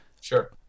sure